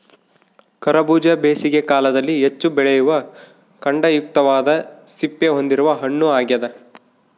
ಕರಬೂಜ ಬೇಸಿಗೆ ಕಾಲದಲ್ಲಿ ಹೆಚ್ಚು ಬೆಳೆಯುವ ಖಂಡಯುಕ್ತವಾದ ಸಿಪ್ಪೆ ಹೊಂದಿರುವ ಹಣ್ಣು ಆಗ್ಯದ